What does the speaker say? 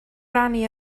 rannu